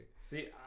See